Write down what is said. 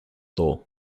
thor